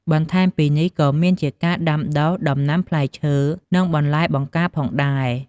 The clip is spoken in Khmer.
បន្ថែមពីនេះ ក៏មានជាការដាំដុះដំណាំផ្លែឈើ និងបន្លែបង្ការផងដែរ។